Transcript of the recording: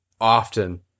often